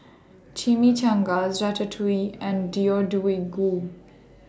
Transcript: Chimichangas Ratatouille and Deodeok Gui